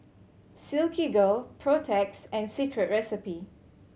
Silkygirl Protex and Secret Recipe